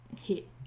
...hit